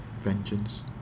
vengeance